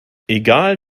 egal